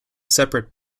separate